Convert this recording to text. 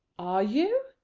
are you?